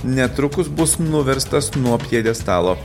netrukus bus nuverstas nuo pjedestalo